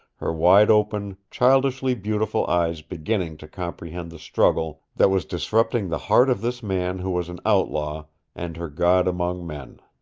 her wide-open, childishly beautiful eyes beginning to comprehend the struggle that was disrupting the heart of this man who was an outlaw and her god among men.